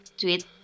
tweet